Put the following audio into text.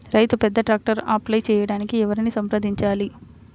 రైతు పెద్ద ట్రాక్టర్కు అప్లై చేయడానికి ఎవరిని సంప్రదించాలి?